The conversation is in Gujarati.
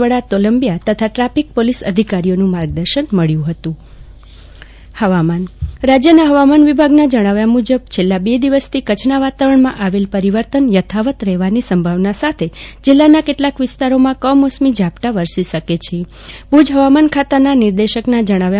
વડા તોલંબિયા તથા ટ્રાફિક પોલીસ અધિકારીઓનું માર્ગદર્શન મબ્યુ હતું જાગૃતિ વકીલ હવામાન રાજ્યના હવામાન વિભાગના જણાવ્યા મુજબ છેલ્લા ર દિવસથી કચ્છના વાતાવરણમાં આવેલ પરિવર્તન યથાવત રહેવાની સંભાવના સાથે જિલ્લાના કેટલાક વિસ્તારોમાં કમોસમી ઝાપટા વરસી શકે છે ભુજ હવામાન ખાતાના નિર્દેશકના જણાવ્યા